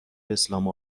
اسلام